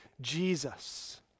Jesus